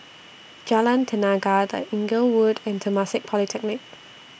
Jalan Tenaga The Inglewood and Temasek Polytechnic